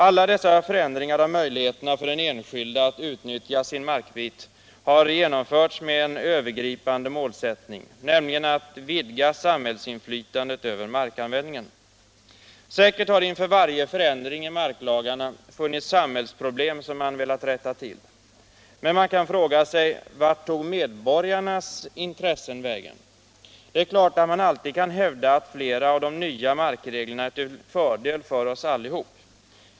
Alla dessa förändringar av möjligheterna för den enskilde att utnyttja sin markbit har genomförts med en enda övergripande målsättning, nämligen att vidga samhällsinflytandet över markanvändningen. Säkert har det inför varje förändring i marklagarna funnits samhällsproblem som man velat rätta till. Men man kan fråga: Vart tog medborgarnas intressen vägen? Det är klart att man alltid kan hävda att flera av de nya markreglerna är till fördel för oss allihop.